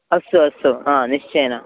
अस्तु अस्तु हा निश्चयेन